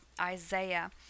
Isaiah